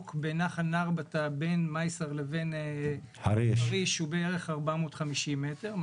בנחל נרבתא בין מייסר לבין חריש הוא בערך 450 מטר.